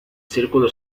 círculo